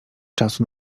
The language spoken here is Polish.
czasu